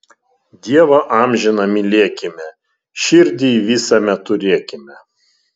dievą amžiną mylėkime širdyj visame turėkime